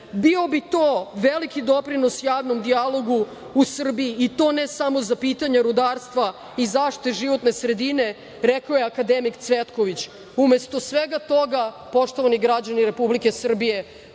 Bio bi to veliki doprinos javnom dijalogu u Srbiji, i to ne samo za pitanja rudarstva i zaštite životne sredine, rekao bi akademik Cvetković. Umesto svega toga, poštovani građani Srbije,